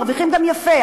מרוויחים גם יפה,